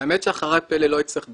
האמת שאחריי פלי לא יצטרך לדבר,